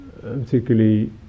particularly